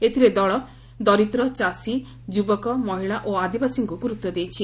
ଏଥିରେ ଦଳ ଦରିକ୍ର ଚାଷୀ ଯୁବକ ମହିଳା ଓ ଆଦିବାସୀଙ୍କୁ ଗୁରୁତ୍ୱ ଦେଇଛି